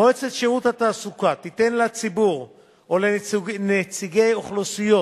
מועצת שירות התעסוקה תיתן לציבור או לנציגי אוכלוסיות